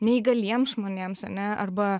neįgaliems žmonėms ane arba